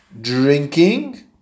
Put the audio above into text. drinking